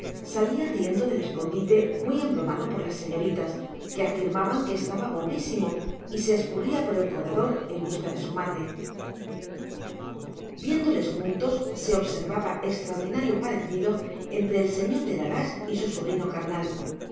salía riendo del escondite muy embromado por las señoritas que afirmaban que estaba gordísimo y se escurría por el corredor en busca de su madre viéndoles juntos se observaba extraordinario parecido entre el señor de la lage y su sobrino carnal